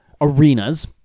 arenas